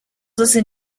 listen